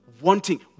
wanting